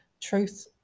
truth